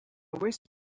wisp